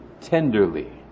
tenderly